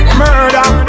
murder